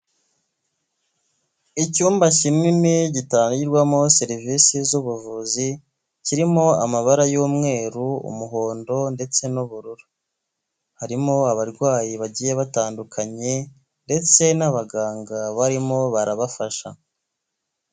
Icyumba kinini gitangirwamo serivisi z'ubuvuzi kirimo amabara y'umweru, umuhondo ndetse n'ubururu, harimo abarwayi bagiye batandukanye ndetse n'abaganga barimo barabafasha.